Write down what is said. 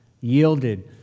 yielded